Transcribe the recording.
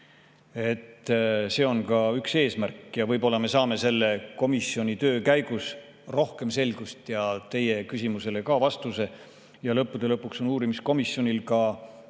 See on ka üks eesmärke. Võib-olla me saame selle komisjoni töö käigus rohkem selgust ja teie küsimusele ka vastuse. Lõppude lõpuks on uurimiskomisjonil ka